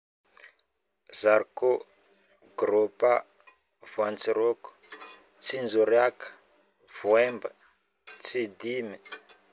zarikô, grôpa, voantsirôko, tsinjoriaja, voaimba, tsidimy